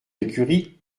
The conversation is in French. écurie